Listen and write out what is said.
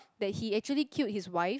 that he actually killed his wife